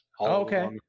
Okay